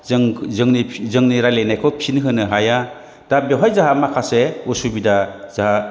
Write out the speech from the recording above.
जों जोंनि जोंनि रायज्लायनायखौ फिन होनो हाया दा बेवहाय जोंहा माखासे उसुबिदा जोंहा